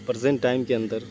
present time کے اندر